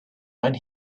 when